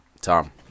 Tom